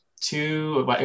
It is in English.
two